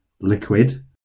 liquid